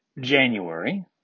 january